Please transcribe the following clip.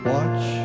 Watch